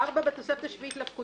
סעיף 4, "בתוספת השביעית לפקודה".